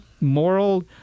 moral